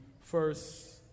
first